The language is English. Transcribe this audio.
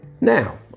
Now